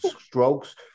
strokes